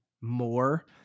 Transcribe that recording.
more